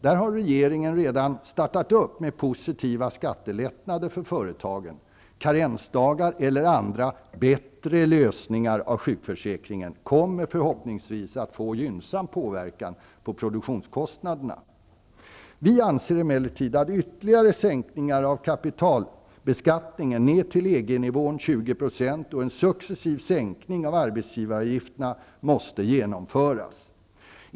Där har regeringen redan startat arbetet genom positiva skattelättnader för företagen. Karensdagar eller andra, bättre lösningar när det gäller sjukförsäkringen kommer förhoppningsvis att få gynnsam påverkan på produktionskostnaderna. Vi anser emellertid att ytterligare sänkningar av kapitalbeskattningen ned till EG-nivån 20 % och en successiv sänkning av arbetsgivaravgifterna måste genomföras.